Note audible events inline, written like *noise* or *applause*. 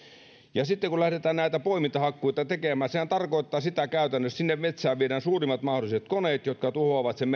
kun lähdetään näitä poimintahakkuita tekemään sehän tarkoittaa käytännössä sitä että sinne metsään viedään suurimmat mahdolliset koneet jotka tuhoavat sen *unintelligible*